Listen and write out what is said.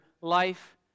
life